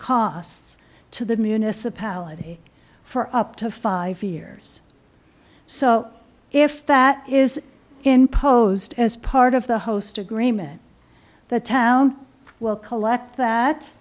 costs to the municipality for up to five years so if that is imposed as part of the host agreement the town will collect that